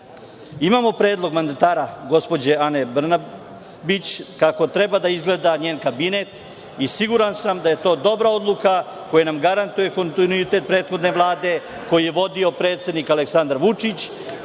predlog mandatara, gospođe Ane Brnabić, kako treba da izgleda njen kabinet i siguran sam da je to dobra odluka koja nam garantuje kontinuitet prethodne Vlade, koju je vodio predsednik Aleksandar Vučić,